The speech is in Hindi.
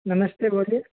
नमस्ते बोलिए